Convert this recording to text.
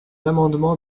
amendement